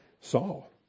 Saul